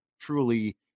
truly